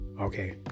okay